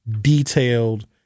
detailed